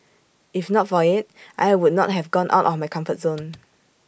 if not for IT I would not have gone out of my comfort zone